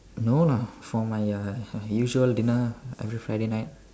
no lah for my uh usual dinner every Friday night